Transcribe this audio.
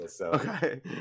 Okay